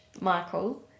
Michael